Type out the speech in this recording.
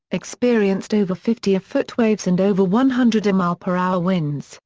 experienced over fifty foot waves and over one hundred mph winds,